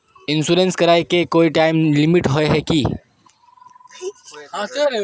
Insurance कराए के कोई टाइम लिमिट होय है की?